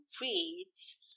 reads